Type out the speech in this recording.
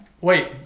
Wait